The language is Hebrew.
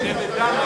שבט דן,